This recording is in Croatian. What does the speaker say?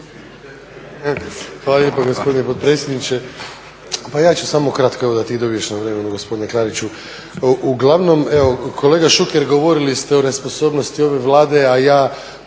Hvala lijepo gospodine potpredsjedniče. Pa ja ću samo kratko, da i ti dobiješ na vremenu, gospodine Klariću. Uglavnom, kolega Šuker, govorili ste o nesposobnosti ove Vlade, a ja